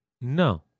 No